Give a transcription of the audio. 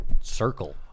circle